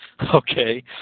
okay